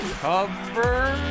cover